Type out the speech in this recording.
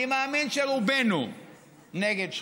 אני מאמין שרובנו נגד שחיתות.